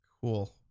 Cool